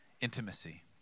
intimacy